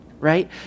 right